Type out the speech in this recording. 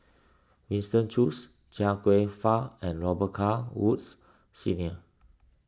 Winston Choos Chia Kwek Fah and Robet Carr Woods Senior